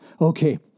Okay